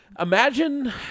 imagine